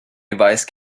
device